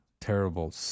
terrible